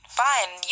fine